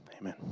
Amen